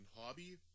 hobby